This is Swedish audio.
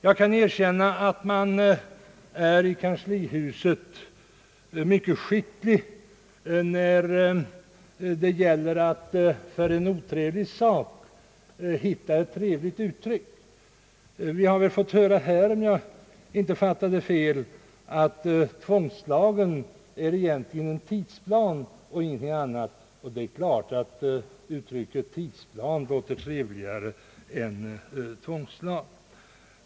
Jag kan erkänna att man i kanslihuset är mycket skicklig när det gäller att för en otrevlig sak hitta ett trevligt uttryck. Vi har här fått höra — om jag inte fattade fel — att tvångslagen egentligen är en tidsplan och ingenting annat, och det är klart att uttrycket tidsplan låter trevligare än tvångslag.